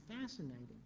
fascinating